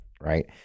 Right